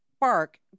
bark